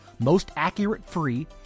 MostAccurateFree